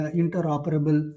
interoperable